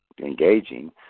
engaging